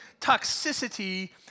toxicity